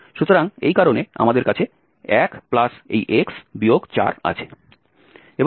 সুতরাং এই কারণে আমাদের কাছে 1 প্লাস এই X বিয়োগ 4 আছে